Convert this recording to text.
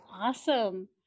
Awesome